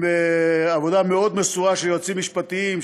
עם עבודה מאוד מסורה של יועצים משפטיים,